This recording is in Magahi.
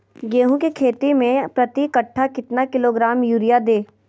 गेंहू की खेती में प्रति कट्ठा कितना किलोग्राम युरिया दे?